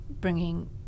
bringing